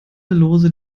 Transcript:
lose